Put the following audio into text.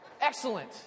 Excellent